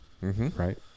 right